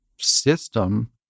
system